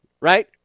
right